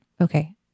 Okay